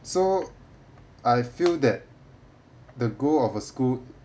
so I feel that the goal of a school